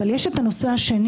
אבל יכול להיות שהוא